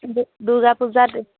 দুৰ্গা পূজাত